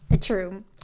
true